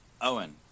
Owen